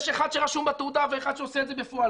יש אחד שרשום בתעודה ואחד שעושה את זה בפועל,